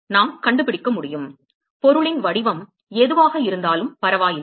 நாம் கண்டுபிடிக்க முடியும் பொருளின் வடிவம் எதுவாக இருந்தாலும் பரவாயில்லை